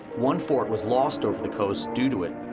one fort was lost over the coast due to it,